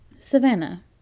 Savannah